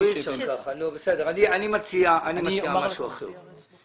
אני מציע משהו אחר.